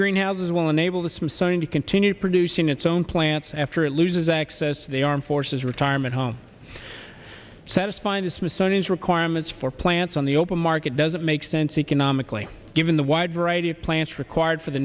greenhouses will enable the smithsonian to continue producing its own plants after it loses access to the armed forces retirement home satisfying the smithsonian's requirements for plants on the open market doesn't make sense economically given the wide variety of plants required for the